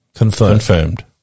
Confirmed